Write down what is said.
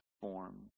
form